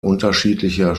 unterschiedlicher